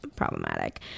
problematic